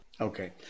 Okay